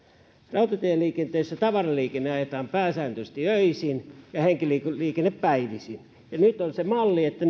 rautatieliikenteessä tavaraliikenne ajetaan pääsääntöisesti öisin ja henkilöliikenne päivisin nyt on se malli että